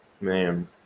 man